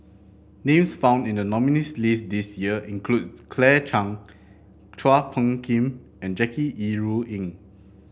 names found in the nominees list this year include Claire Chiang Chua Phung Kim and Jackie Yi Ru Ying